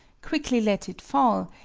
quickly let it fall,